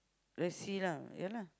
let's see lah yeah lah